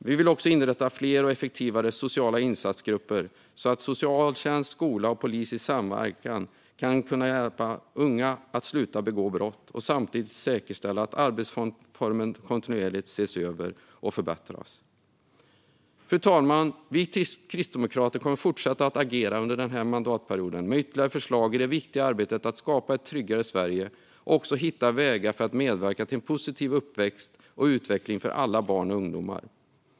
Vi vill också inrätta fler och effektivare sociala insatsgrupper så att socialtjänst, skola och polis i samverkan kan hjälpa unga att sluta att begå brott och samtidigt säkerställa att arbetsformen kontinuerligt ses över och förbättras. Fru talman! Vi kristdemokrater kommer fortsatt att agera under den här mandatperioden med ytterligare förslag i det viktiga arbetet med att skapa ett tryggare Sverige och också hitta vägar för att medverka till en positiv uppväxt och utveckling för alla barn och ungdomar.